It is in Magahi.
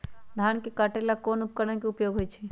धान के काटे का ला कोंन उपकरण के उपयोग होइ छइ?